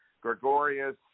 Gregorius